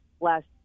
last